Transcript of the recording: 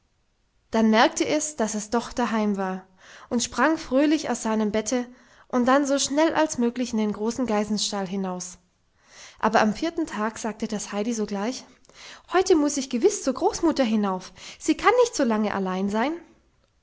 dann merkte es daß es doch daheim war und sprang fröhlich aus seinem bette und dann so schnell als möglich in den großen geißenstall hinaus aber am vierten tage sagte das heidi sorglich heute muß ich gewiß zur großmutter hinauf sie kann nicht so lange allein sein